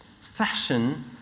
fashion